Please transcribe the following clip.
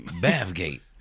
Bathgate